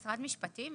משרד משפטים?